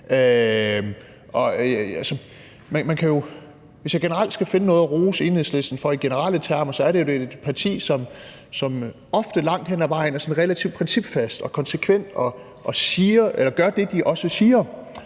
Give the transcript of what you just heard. Hvis jeg skal finde noget at rose Enhedslisten for i generelle termer, er det jo, at det er et parti, som ofte langt hen ad vejen er sådan relativt principfast og konsekvent og gør det, de også siger